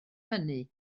hynny